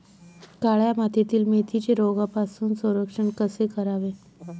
काळ्या मातीतील मेथीचे रोगापासून संरक्षण कसे करावे?